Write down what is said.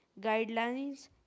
guidelines